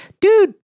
dude